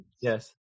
Yes